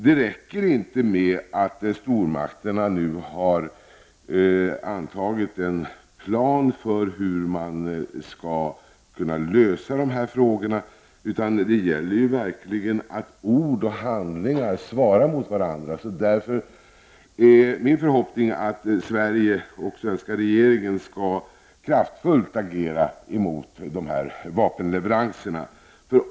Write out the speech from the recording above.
Det räcker inte med att stormakterna nu har antagit en plan för hur man skall lösa dessa frågor. Det gäller verkligen att ord och handling svarar mot varandra. Min förhoppning är att Sverige och den svenska regeringen skall agera kraftfullt mot dessa vapenleveranser.